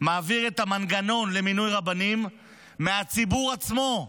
מעביר את המנגנון למינוי רבנים מהציבור עצמו.